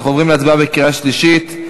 אנחנו עוברים להצבעה בקריאה שלישית.